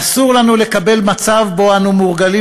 אסור לנו לקבל מצב שבו אנו מורגלים